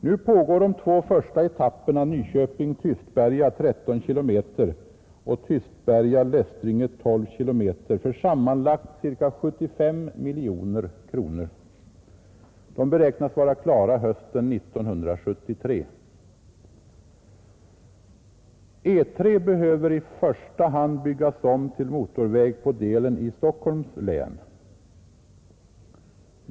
Nu pågår de två första etapperna, Nyköping—Tystberga om 13 kilometer och Tystberga—Lästringe om 12 kilometer, för sammanlagt ca 75 miljoner kronor. De beräknas vara klara hösten 1973. E 3 behöver i första hand byggas om till motorväg på delen i Stockholms län.